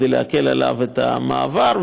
כדי להקל עליו את המעבר,